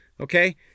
Okay